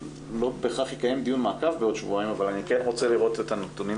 לא בהכרח נקיים דיון מעקב בעוד שבועיים אבל אני כן רוצה לראות את הנתונים